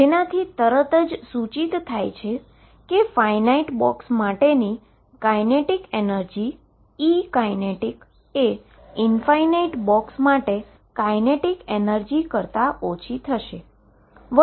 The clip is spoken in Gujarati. જેનાથી તરત જ સૂચિત થાય છે કે ફાઈનાઈટ બોક્સ માટેની કાઈનેટીક એનર્જી Ekineticએ ઈન્ફાઈનાઈટ બોક્સ માટેની કાઈનેટીક એનર્જી કરતા ઓછી થશે